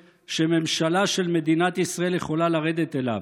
שממשלה של מדינת ישראל יכולה לרדת אליו.